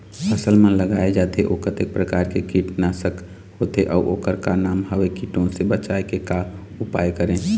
फसल म लगाए जाथे ओ कतेक प्रकार के कीट नासक होथे अउ ओकर का नाम हवे? कीटों से बचाव के का उपाय करें?